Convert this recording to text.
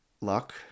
Luck